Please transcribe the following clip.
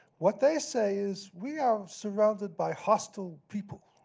what they say is we are surrounded by hostile people,